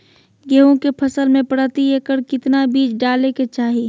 गेहूं के फसल में प्रति एकड़ कितना बीज डाले के चाहि?